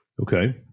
Okay